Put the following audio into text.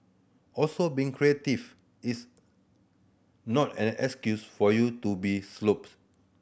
also being creative is not an excuse for you to be